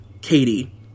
Katie